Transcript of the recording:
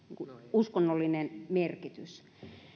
uskonnollinen merkitys